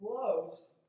close